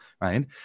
right